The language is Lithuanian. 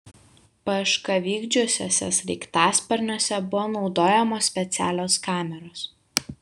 paiešką vykdžiusiuose sraigtasparniuose buvo naudojamos specialios kameros